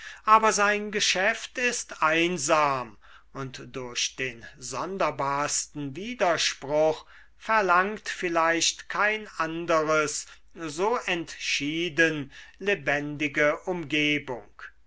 aber sein geschäft ist einsam und durch den sonderbarsten widerspruch verlangt vielleicht kein anderes so entschieden lebendige umgebung